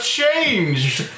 changed